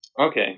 Okay